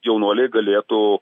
jaunuoliai galėtų